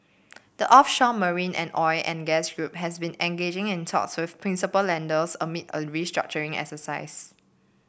the offshore marine and oil and gas group has been engaging in talks with principal lenders amid a restructuring exercise